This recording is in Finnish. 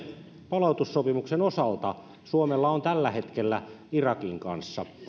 palautussopimuksen osalta suomella on tällä hetkellä irakin kanssa